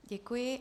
Děkuji.